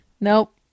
Nope